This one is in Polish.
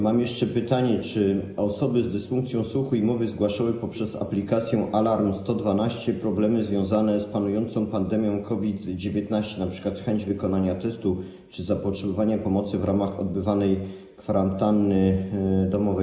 Mam jeszcze pytanie: Czy osoby z dysfunkcją słuchu i mowy zgłaszały poprzez aplikację Alarm112 problemy związane z panującą pandemią COVID-19, np. chęć wykonania testu czy zapotrzebowanie pomocy w ramach odbywanej kwarantanny domowej?